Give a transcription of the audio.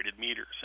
meters